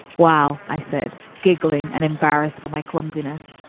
wow, i said, giggling and embarrassed for my clumsiness.